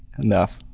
enough.